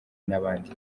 n’abandi